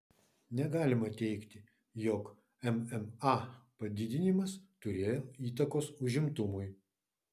negalima teigti jog mma padidinimas turėjo įtakos užimtumui